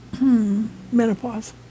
Menopause